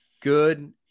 good